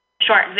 short